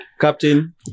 Captain